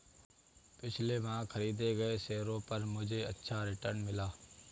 पिछले माह खरीदे गए शेयरों पर मुझे अच्छा रिटर्न मिला